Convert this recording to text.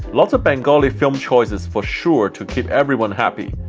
lots of bengali film choices for sure to keep everyone happy.